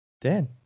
Dan